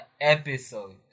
episode